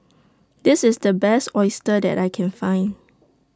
This IS The Best Oyster that I Can Find